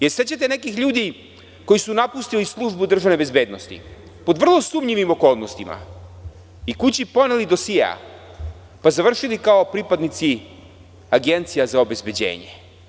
Jel se sećate nekih ljudi koji su napustili Službu državne bezbednosti pod vrlo sumnjivim okolnostima i kući poneli dosijea a završili kao pripadnici agencija za obezbeđenje?